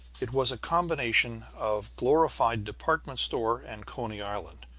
it was a combination of glorified department-store and coney island,